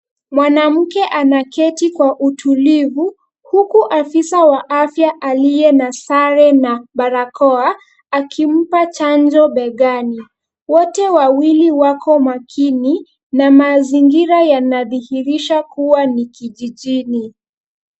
Mwanamke anaketi kwa utulivu, huku afisa wa afya aliye na sare na barakoa akimpa chanjo begani. Wote wawili wako makini na mazingira yanadhihirisha kuwa ni kijijini.